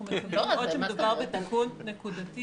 אנחנו מקווים מאוד שמדובר בתיקון נקודתי